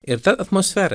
ir ta atmosfera